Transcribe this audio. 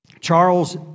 Charles